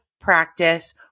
practice